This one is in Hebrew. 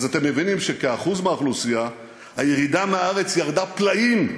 אתם מבינים שכאחוז מהאוכלוסייה הירידה מהארץ ירדה פלאים.